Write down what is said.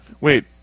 Wait